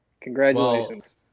Congratulations